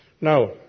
Now